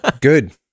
Good